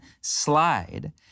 slide